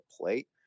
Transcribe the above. plate